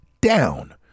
down